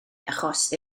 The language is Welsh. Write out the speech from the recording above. achos